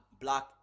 Black